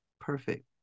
perfect